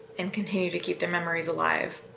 and continue to keep their memories alive.